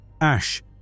Ash